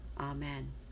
amen